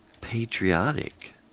patriotic